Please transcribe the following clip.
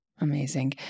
Amazing